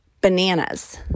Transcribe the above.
Bananas